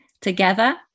Together